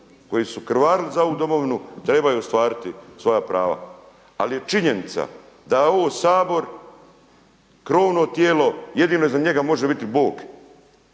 koji su krvarili za ovu domovinu trebaju ostvariti svoja prava, ali je činjenica da je ovo sabor krovno tijelo jedino iza njega može biti Bog,